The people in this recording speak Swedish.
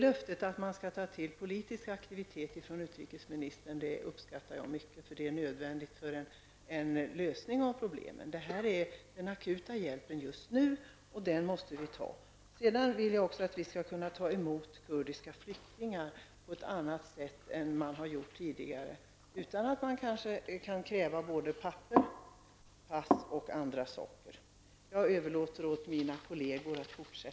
Jag uppskattar mycket löftet från utrikesministern att politiska aktiviteter skall tas till. Det är nödvändigt för en lösning av problemen. Det gäller en akut hjälp just nu. Jag vill att Sverige skall ta emot kurdiska flyktingar på ett annat sätt än vad som har gjorts tidigare. Det skall kunna ske utan att behöva kräva papper, pass osv.